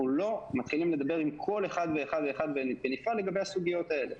אנחנו לא מתחילים לדבר עם כל אחד בנפרד לגבי הסוגיות האלה,